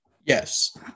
Yes